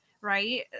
Right